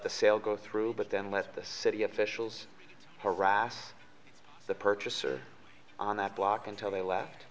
the sale go through but then let this city officials harass the purchaser on that block until they